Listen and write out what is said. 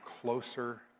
closer